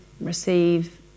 receive